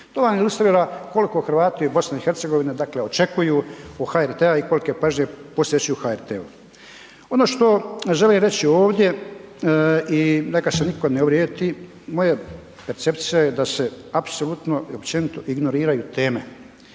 To vam ilustrira koliko Hrvati u BiH očekuju od HRT-a i kolike pažnje posvećuju HRT-u. Ono što želim reći ovdje i neka se niko ne uvrijedi, moja percepcija je da se apsolutno i općenito ignoriraju teme,